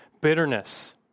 bitterness